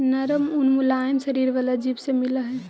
नरम ऊन मुलायम शरीर वाला जीव से मिलऽ हई